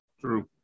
True